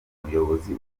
umuyobozi